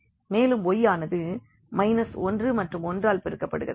மேலும் y ஆனது 1 மற்றும் 1 ஆல் பெருக்கப்படுகிறது